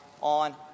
on